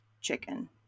chicken